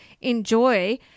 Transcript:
enjoy